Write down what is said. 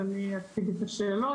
אז אני אציג את השאלות.